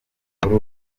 muri